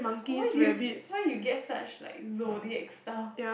why do you why you get such like zodiac stuff